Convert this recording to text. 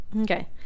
Okay